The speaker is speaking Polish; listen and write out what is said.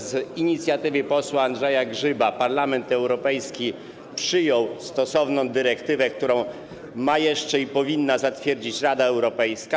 Z inicjatywy posła Andrzeja Grzyba Parlament Europejski przyjął stosowną dyrektywę, którą ma jeszcze i powinna zatwierdzić Rada Europejska.